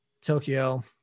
Tokyo